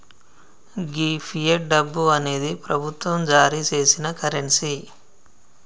గీ fiat డబ్బు అనేది ప్రభుత్వం జారీ సేసిన కరెన్సీ